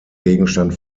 gegenstand